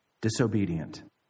disobedient